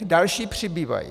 Další přibývají.